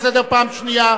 אני קורא לך לסדר פעם שנייה.